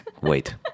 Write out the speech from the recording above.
Wait